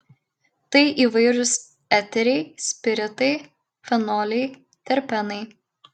tai įvairūs eteriai spiritai fenoliai terpenai